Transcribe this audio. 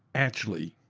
actually,